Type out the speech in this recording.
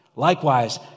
Likewise